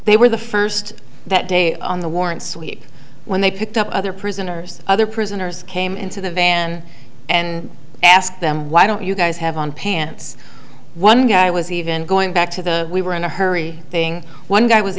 they were the first that day on the warrants week when they picked up other prisoners other prisoners came into the van and asked them why don't you guys have on pants one guy was even going back to the we were in a hurry thing one guy was